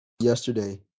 yesterday